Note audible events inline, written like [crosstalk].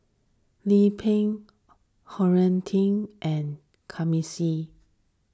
Lim Pin Huiying Teen and [unintelligible]